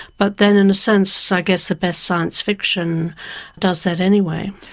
but then in a sense i guess the best science fiction does that anyway.